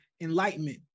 enlightenment